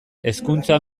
hezkuntza